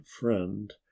friend